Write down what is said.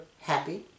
happy